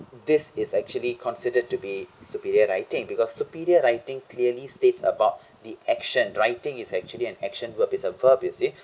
this is actually considered to be superior writing because superior writing clearly states about the action writing is actually an action verb is a verb you see